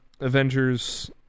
avengers